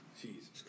Jesus